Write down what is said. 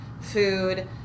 food